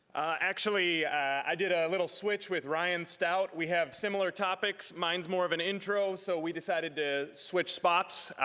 actually, i did a little switch with ryan stout. we have similar topics. mine's more of an intro, so we decided to switch spots,